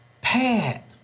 Pat